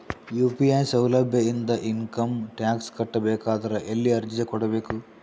UPI ಸೌಲಭ್ಯ ಇಂದ income tax ಕಟ್ಟಬೇಕಾದರ ಎಲ್ಲಿ ಅರ್ಜಿ ಕೊಡಬೇಕು?